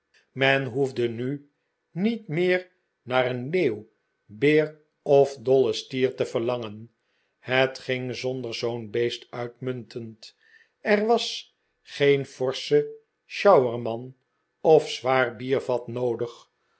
men hoefde nu niet meer naar een leeuw beer of dollen stier te verlangen het ging zonder zoo'n beest uitmuntend er was geen forsche sjouwerman of zwaar biervat noodig